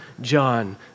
John